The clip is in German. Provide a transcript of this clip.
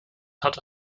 hatte